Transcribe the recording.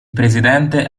presidente